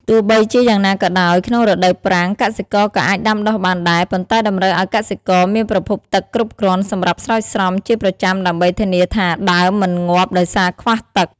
ទោះបីជាយ៉ាងណាក៏ដោយ ក្នុងរដូវប្រាំង កសិករក៏អាចដាំដុះបានដែរ ប៉ុន្តែតម្រូវឲ្យកសិករមានប្រភពទឹកគ្រប់គ្រាន់សម្រាប់ស្រោចស្រពជាប្រចាំដើម្បីធានាថាដើមមិនងាប់ដោយសារខ្វះទឹក។